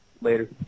later